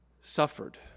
suffered